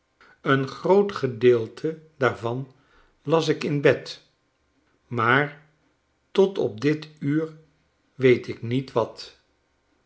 een groot gedeelte daarvan las ik in bed maar tot op dit uur weet ik niet wat